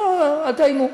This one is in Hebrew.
אל תאיימו,